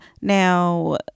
Now